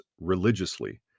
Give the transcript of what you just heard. religiously